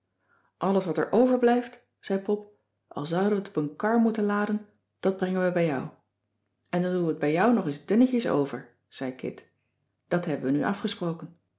alles wat er overblijft zei pop al zouden we t op een kar moeten laden dat brengen we bij jou en dan doen we t bij jou nog eens dunnetjes over zei kit dat hebben we nu afgesproken